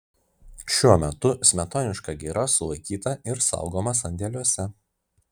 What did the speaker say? šiuo metu smetoniška gira sulaikyta ir saugoma sandėliuose